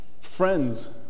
friends